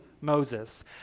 Moses